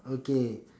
okay